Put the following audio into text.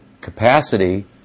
capacity